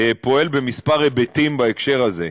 פועל בכמה היבטים בהקשר הזה.